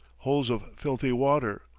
holes of filthy water,